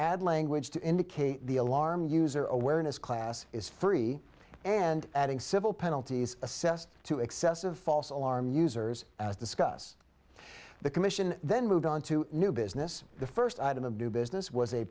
add language to indicate the alarm user awareness class is free and adding civil penalties assessed to excessive false alarm users discuss the commission then moved on to new business the first item of new business w